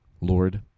Lord